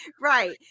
right